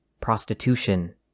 prostitution